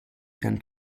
ihren